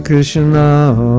Krishna